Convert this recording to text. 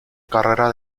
carrera